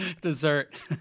dessert